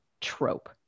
trope